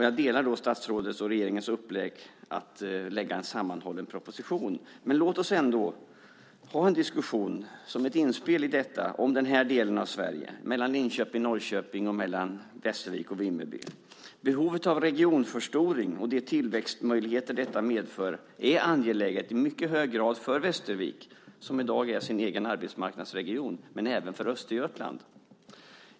Jag delar statsrådets och regeringens upplägg att lägga fram en sammanhållen proposition, men låt oss ändå som ett inspel i detta ha en diskussion om den här delen av Sverige, mellan Linköping och Norrköping och mellan Västervik och Vimmerby. Behovet av regionförstoring och de tillväxtmöjligheter detta medför är mycket angeläget för Västervik, som i dag är sin egen arbetsmarknadsregion, men även för Östergötland.